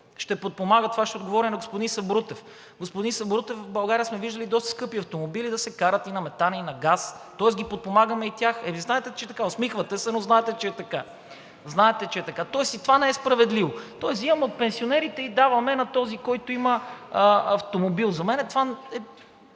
ще подпомага – с това ще отговоря и на господин Сабрутев. Господин Сабрутев, в България сме виждали доста скъпи автомобили да се карат и на метан, и на газ, тоест подпомагаме и тях. Нали знаете, че е така. Усмихвате се, но знаете, че е така. Знаете, че е така, тоест и това не е справедливо. Тоест взимаме от пенсионерите и даваме на този, който има автомобил. За мен това е